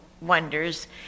wonders